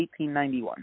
1891